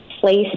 place